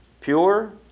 Pure